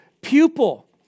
pupil